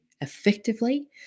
effectively